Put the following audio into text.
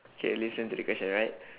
okay listen to the question alright